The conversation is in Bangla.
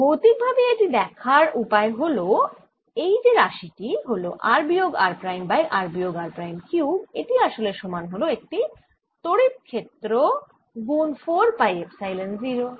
ভৌতিক ভাবে এটি দেখার উপায় হল এই যে রাশি টি হল r বিয়োগ r প্রাইম বাই r বিয়োগ r প্রাইম কিউব এটি আসলে সমান হল একটি তড়িৎ ক্ষেত্র গুন 4 পাই এপসাইলন 0